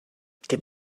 get